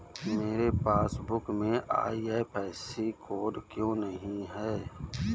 मेरे पासबुक में IFSC code क्यो नहीं है?